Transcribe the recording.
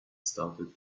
started